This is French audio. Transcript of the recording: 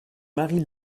marie